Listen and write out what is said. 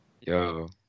yo